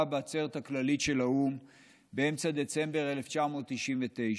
בעצרת הכללית של האו"ם באמצע דצמבר 1999,